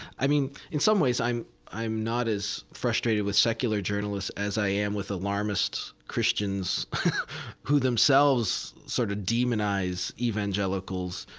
i mean, in some ways i'm i'm not as frustrated with secular journalists as i am with alarmist christians who themselves sort of demonize evangelicals